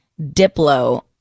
Diplo